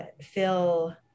feel